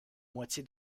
moitié